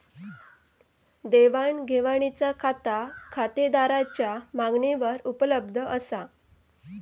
देवाण घेवाणीचा खाता खातेदाराच्या मागणीवर उपलब्ध असा